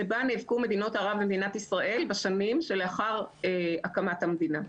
שבה נאבקו מדינות ערב במדינת ישראל בשנים שלאחר הקמת המדינה.